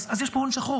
אז יש פה הון שחור,